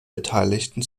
beteiligten